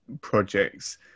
projects